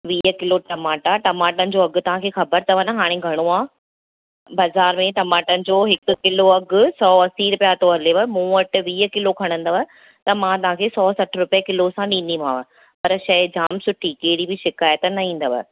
वीह किलो टमाटा टमाटनि जो अघु तव्हां खे ख़बर अथव न हाणे घणो आहे बाज़ारि में टमाटनि जो हिकु किलो अघु सौ असी रुपया थो हलेव मूं वटि वीह किलो खणंदव त मां तव्हां खे सौ सठि रुपए किलो सां ॾींदीमांव पर शइ जाम सुठी कहिड़ी बि शिकाइत न ईंदव